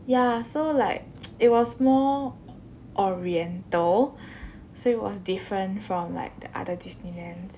ya so like it was more o~ oriental so it was different from like the other disneylands